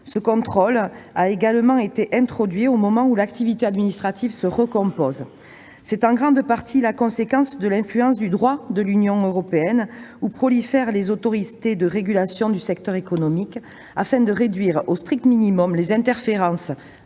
Ce contrôle a également été introduit au moment où l'activité administrative se recomposait. C'est en grande partie la conséquence de l'influence du droit de l'Union européenne, qui a entraîné la prolifération d'autorités de régulation du secteur économique, afin de réduire au strict minimum les interférences